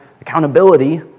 accountability